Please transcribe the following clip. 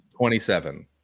27